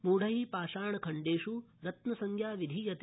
मूढै पाषाणखण्डेष् रत्नसंज्ञाविधीयते